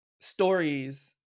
stories